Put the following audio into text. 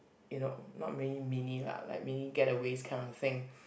you know not many mini lah like mini getaways kind of thing